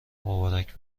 مبارک